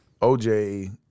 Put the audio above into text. OJ